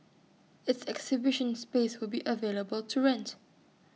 its exhibition space will be available to rent